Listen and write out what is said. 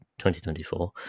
2024